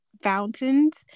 fountains